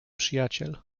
przyjaciel